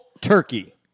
turkey